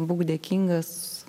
būk dėkingas